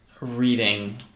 reading